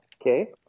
Okay